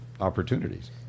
opportunities